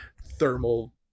thermal